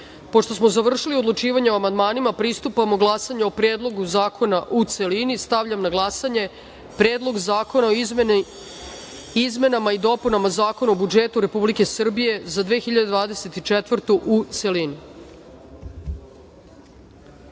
smo završili odlučivanje o amandmanima, pristupamo glasanju o Predlogu zakona u celini. Stavljam na glasanje Predlog zakona o izmenama i dopunama Zakona o budžetu Republike Srbije za 2024. godinu,